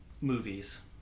movies